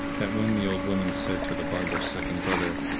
that when the old woman said to the barber's second brother,